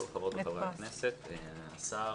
כל הכבוד לחברי הכנסת והשר.